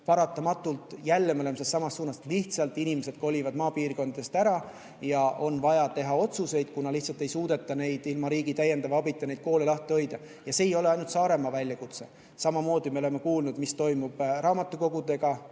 paratamatult jälle me räägime sellestsamast suunast, et lihtsalt inimesed kolivad maapiirkondadest ära ja on vaja teha otsuseid, kuna lihtsalt ei suudeta ilma riigi täiendava abita neid koole lahti hoida. Ja see ei ole ainult Saaremaa väljakutse. Samamoodi me oleme kuulnud, mis toimub raamatukogude